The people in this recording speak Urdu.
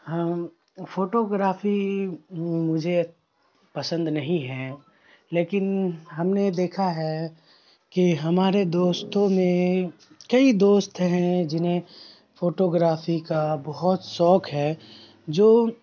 ہاں ہم فوٹوگرافی وہ مجھے پسند نہیں ہے لیکن ہم نے دیکھا ہے کہ ہمارے دوستوں میں کئی دوست ہیں جنہیں فوٹوگرافی کا بہت شوق ہے جو